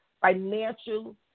financial